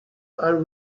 are